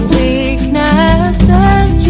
weaknesses